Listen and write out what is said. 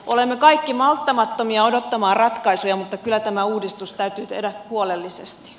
olemme kaikki malttamattomia odottamaan ratkaisuja mutta kyllä tämä uudistus täytyy tehdä huolellisesti